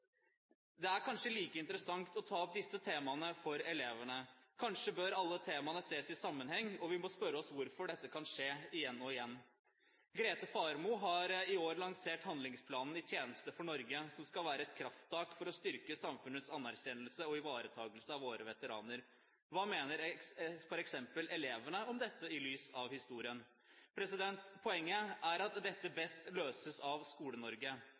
Det er kanskje like interessant å ta opp disse temaene for elevene. Kanskje bør alle temaene ses i sammenheng, og vi må spørre oss hvorfor dette kan skje igjen og igjen. Grete Faremo har i år lansert handlingsplanen «I tjeneste for Norge», som skal være et krafttak for å styrke samfunnets anerkjennelse og ivaretakelse av våre veteraner. Hva mener f.eks. elevene om dette i lys av historien? Poenget er at dette best løses av